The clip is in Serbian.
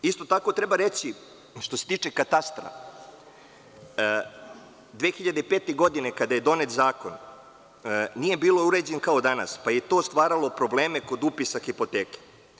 Isto tako treba reći, što se tiče katastra, 2005. godine kada je donet Zakon nije bio uređen kao danas, pa je to stvaralo probleme kod upisa hipoteke.